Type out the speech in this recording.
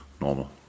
normal